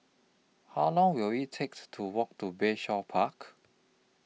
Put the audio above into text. How Long Will IT takes to Walk to Bayshore Park